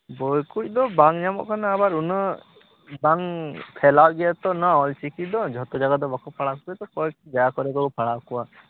ᱵᱳᱭ ᱠᱚᱫᱚ ᱵᱟᱝ ᱧᱟᱢᱚᱜ ᱠᱟᱱᱟ ᱟᱵᱟᱨ ᱩᱱᱟ ᱜ ᱵᱟᱝ ᱯᱷᱮᱭᱞᱟᱣ ᱜᱮᱭᱟ ᱛᱚ ᱱᱚᱣᱟ ᱚᱞ ᱪᱤᱠᱤ ᱫᱚ ᱡᱷᱚᱛᱚ ᱡᱟᱭᱜᱟ ᱫᱚ ᱵᱟᱠᱚ ᱯᱟᱲᱦᱟᱣ ᱠᱮᱜᱮᱭᱟ ᱠᱚᱭᱮᱠᱴᱤ ᱡᱟᱭᱜᱟ ᱠᱚᱨᱮ ᱠᱚ ᱯᱟᱲᱦᱟᱣ ᱠᱚᱣᱟ